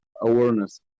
awareness